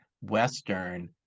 Western